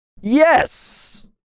Yes